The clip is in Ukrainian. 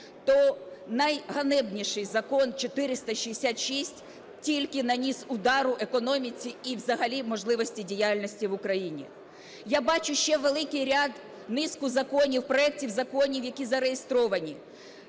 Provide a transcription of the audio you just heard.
то найганебніший Закон 466 тільки наніс удару економіці і взагалі можливості діяльності в Україні. Я бачу ще великий ряд, низку законів, проектів законів, які зареєстровані.